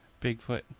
Bigfoot